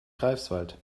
greifswald